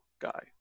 guy